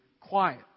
quiet